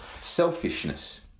selfishness